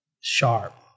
sharp